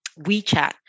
WeChat